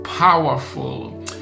powerful